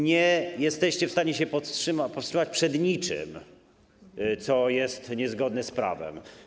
Nie jesteście w stanie się powstrzymać przed niczym, co jest niezgodne z prawem.